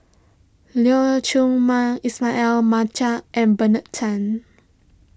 Leong Chee Mun Ismail Marjan and Bernard Tan